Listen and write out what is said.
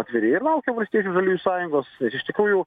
atviri ir laukia valstiečių žaliųjų sąjungos ir iš tikrųjų